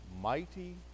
mighty